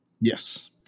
yes